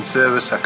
service